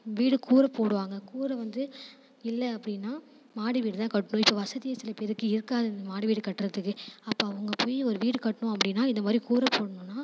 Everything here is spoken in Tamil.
வீடு கூரை போடுவாங்க கூரை வந்து இல்லை அப்படின்னா மாடி வீடுதான் கட்டணும் இப்போ வசதி சில பேருக்கு இருக்காது இந்த மாடி வீடு கட்டுறதுக்கு அப்போ அவங்க போய் ஒரு வீடு கட்டணும் அப்படின்னா இந்த மாதிரி கூரை போடணுன்னா